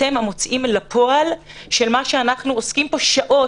אתם המוציאים לפועל של מה שאנחנו עוסקים פה שעות.